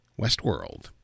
Westworld